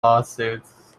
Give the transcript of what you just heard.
lawsuits